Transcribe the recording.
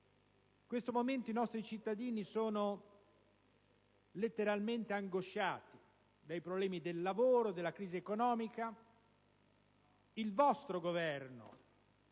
In questo momento i nostri cittadini sono letteralmente angosciati dai problemi di lavoro, della crisi economica. Il vostro Governo,